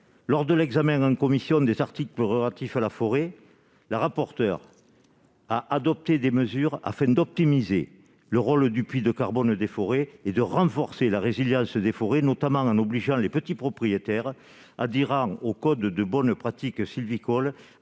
lors de l'examen, dans une commission des articles pour actif à la forêt, la rapporteure a adopté des mesures afin d'optimiser le rôle du puits de carbone des forêts et de renforcer la résilience des forêts notamment en obligeant les petits propriétaires à dira au code de bonnes pratiques sylvicoles